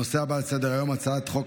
הנושא הבא על סדר-היום: הצעת חוק